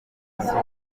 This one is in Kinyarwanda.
yisubuye